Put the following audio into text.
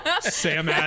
sam